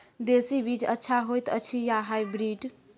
देसी बीज अच्छा होयत अछि या हाइब्रिड?